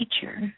teacher